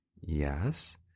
Yes